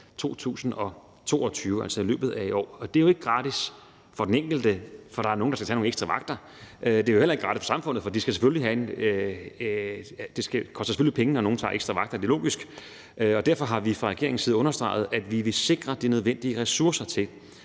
2022, altså i løbet af i år. Og det er jo ikke gratis for den enkelte, for der er nogle, der skal tage nogle ekstra vagter. Det er jo heller ikke gratis for samfundet, for det koster selvfølgelig penge, når nogle tager ekstra vagter – det er logisk. Derfor har vi fra regeringens side understreget, at vi vil sikre de nødvendige ressourcer til,